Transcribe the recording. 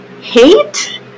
hate